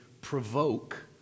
provoke